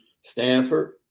Stanford